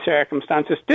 circumstances